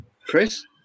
Chris